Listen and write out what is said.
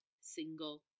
single